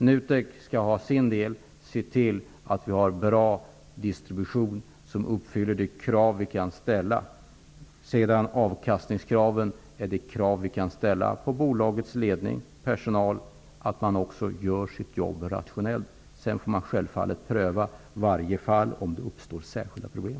NUTEK skall se till att distributionen uppfyller de krav som kan ställas. Bolagens ledning och personal måste utföra sitt jobb rationellt. Sedan får man självfallet pröva varje fall, om det uppstår särskilda problem.